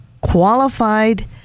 qualified